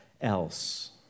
else